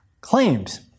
claims